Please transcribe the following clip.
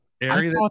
area